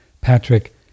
Patrick